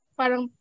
parang